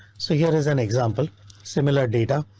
so here is an example similar data.